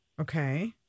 Okay